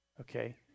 Okay